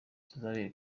kizabera